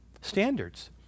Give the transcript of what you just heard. standards